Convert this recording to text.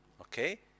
Okay